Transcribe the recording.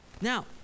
Now